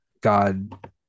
God